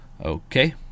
Okay